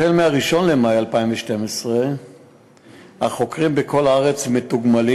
החל מ-1 במאי 2012 החוקרים בכל הארץ מתוגמלים